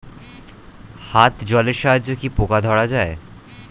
হাত জলের সাহায্যে কি পোকা ধরা যায়?